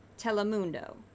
Telemundo